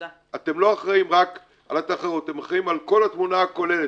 אתם לא אחראים רק על התחרות אתם אחראים על כל התמונה הכוללת,